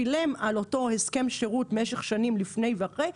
שילם על אותו הסכם שירות במשך שנים לפני ואחרי,